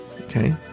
okay